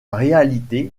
réalité